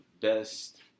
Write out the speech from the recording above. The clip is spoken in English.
best